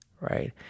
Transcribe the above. right